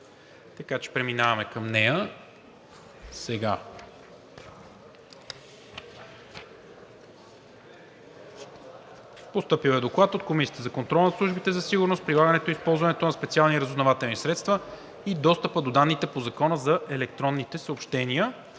Гласуваме Проект на решение, предложен от Комисията за контрол над службите за сигурност, прилагането и използването на специални разузнавателни средства и достъпа до данните по Закона за електронните съобщения,